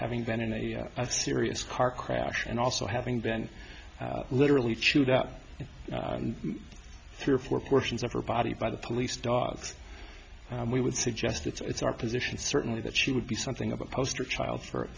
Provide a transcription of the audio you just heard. having been in a serious car crash and also having been literally chewed out three or four portions of her body by the police dogs we would suggest it's our position certainly that she would be something of a poster child for